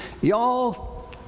Y'all